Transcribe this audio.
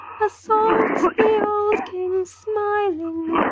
assault the old king smiling